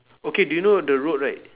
okay do you know the road right